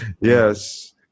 Yes